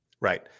Right